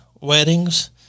weddings